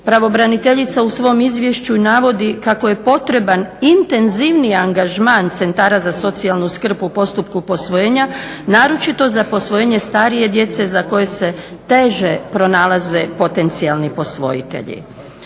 Pravobraniteljica u svom izvješću navodi kako je potreban intenzivniji angažman centara za socijalnu skrb u postupku posvojenja, naročito za posvojenje starije djece za koje se teže pronalaze potencijalni posvojitelji.